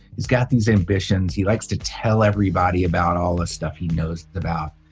he's got these ambitions. he likes to tell everybody about all the stuff he knows about.